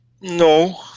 No